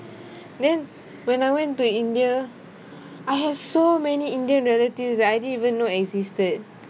then when I went to india I have so many indian relatives that I didn't even know existed